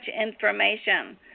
information